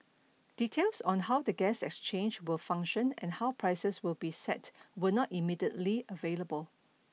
details on how the gas exchange will function and how prices will be set were not immediately available